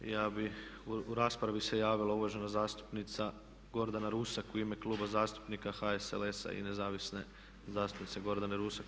Ja bih, u raspravi se javila uvažena zastupnica Gordana Rusak u ime Kluba zastupnika NSLS-a i nezavisne zastupnice Gordane Rusak.